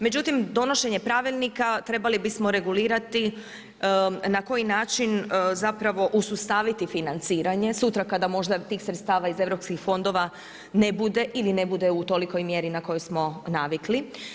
Međutim, donošenje pravilnika trebali bismo regulirati na koji način zapravo usustaviti financiranje sutra kada možda tih sredstava iz europskih fondova ne bude ili ne bude u tolikoj mjeri na koju smo navikli.